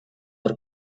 are